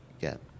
get